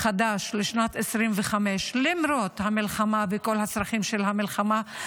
חדש לשנת 2025. למרות המלחמה וכל הצרכים של המלחמה,